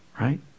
Right